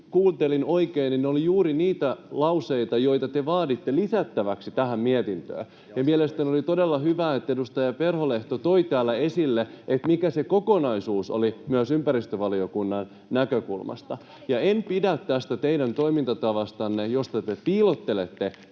kuuntelin oikein, niin ne olivat juuri niitä lauseita, joita te vaaditte lisättäväksi tähän mietintöön. Mielestäni oli todella hyvä, että edustaja Perholehto toi täällä esille, mikä se kokonaisuus oli myös ympäristövaliokunnan näkökulmasta. En pidä tästä teidän toimintatavastanne, jossa te piilottelette